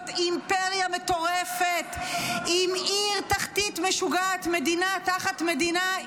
להיות אימפריה מטורפת -- אתם הכנסתם אותם לפה.